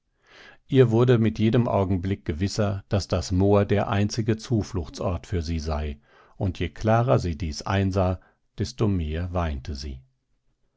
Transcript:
ihr wurde mit jedem augenblick gewisser daß das moor der einzige zufluchtsort für sie sei und je klarer sie dies einsah desto mehr weinte sie